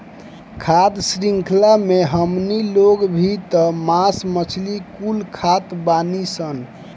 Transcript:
खाद्य शृंख्ला मे हमनी लोग भी त मास मछली कुल खात बानीसन